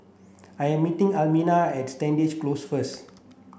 I am meeting Almina at Stangee Close first